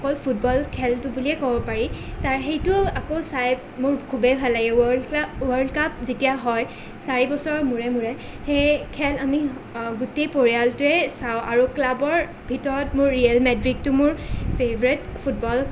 অকল ফুটবল খেলটো বুলিয়ে ক'ব পাৰি তাৰ সেইটো আকৌ চাই মোৰ খুবেই ভাল লাগে ৱৰ্ল্ড কাপ ৱৰ্ল্ড কাপ যেতিয়া হয় চাৰি বছৰ মূৰে মূৰে সেই খেল আমি গোটেই পৰিয়ালটোৱে চাওঁ আৰু ক্লাৱৰ ভিতৰত মোৰ ৰিয়েল মাদ্ৰিদটো মোৰ ফেভাৰেট ফুটবল